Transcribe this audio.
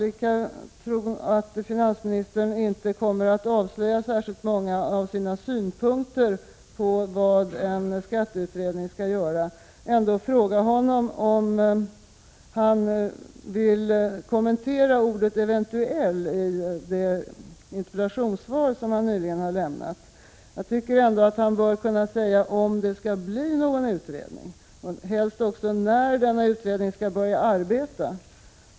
I tron att finansministern inte kommer att avslöja särskilt många av sina synpunkter på vad en skatteutredning skall göra vill jag ändå fråga honom om han vill kommentera innebörden av ordet ”eventuellt” i interpellationssvaret. Jag tycker att finansministern åtminstone borde kunna säga om det skall bli någon utredning, och helst också när denna utredning i så fall skall börja arbeta.